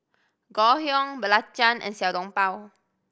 Ngoh Hiang belacan and Xiao Long Bao